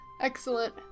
Excellent